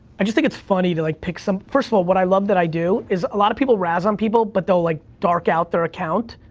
i just think it's funny to like pick some, first of all, what i love that i do is a lot of people razz on people, but they'll like out their account.